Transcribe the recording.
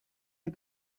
der